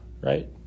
right